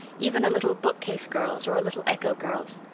even a little bookcase girl's or a little echo girl's.